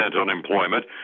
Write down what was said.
unemployment